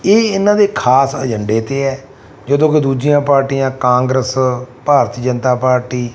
ਇਹ ਇਹਨਾਂ ਦੇ ਖ਼ਾਸ ਏਜੰਡੇ 'ਤੇ ਹੈ ਜਦੋਂ ਕੋਈ ਦੂਜੀਆਂ ਪਾਰਟੀਆਂ ਕਾਂਗਰਸ ਭਾਰਤੀ ਜਨਤਾ ਪਾਰਟੀ